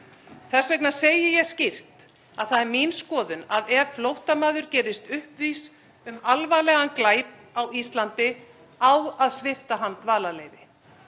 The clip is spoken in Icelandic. Þess vegna segi ég skýrt að það er mín skoðun að ef flóttamaður gerist uppvís um alvarlegan glæp á Íslandi á að svipta hann dvalarleyfi.